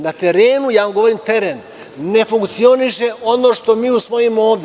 Na terenu, ja vam govorim o terenu, ne funkcioniše ono što mi usvojimo ovde.